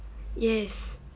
yes